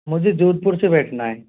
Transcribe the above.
मुझे जोधपुर से बैठना है